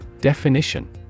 Definition